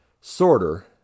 Sorter